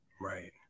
Right